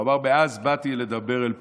הוא אמר: מאז באתי לדבר אל פרעה,